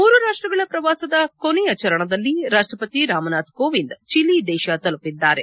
ಮೂರು ರಾಷ್ಷಗಳ ಪ್ರವಾಸದ ಕೊನೆಯ ಚರಣದಲ್ಲಿ ರಾಷ್ಷಪತಿ ರಾಮನಾಥ್ ಕೋವಿಂದ್ ಚಿಲಿ ದೇಶ ತಲುಪಿದ್ದಾರೆ